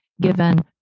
given